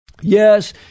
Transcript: Yes